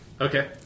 Okay